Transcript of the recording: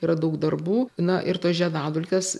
yra daug darbų na ir tas žiedadulkės